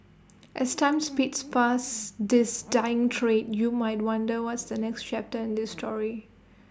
as time speeds past this dying trade you might wonder what's the next chapter in this story